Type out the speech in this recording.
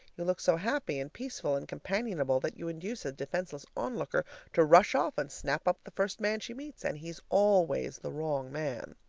you look so happy and peaceful and companionable that you induce a defenseless onlooker to rush off and snap up the first man she meets and he's always the wrong man.